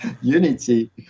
Unity